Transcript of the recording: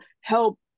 help